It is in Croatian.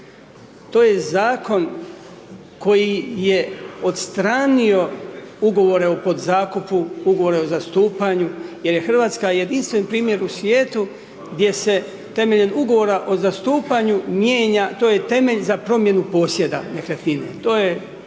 To je zakon koji je odstranio ugovore o podzakupu, ugovore o zastupanju jer je Hrvatska jedinstven primjer u svijetu gdje se temeljem ugovora o zastupanju mijenja, to je temelj za promjenu posjeda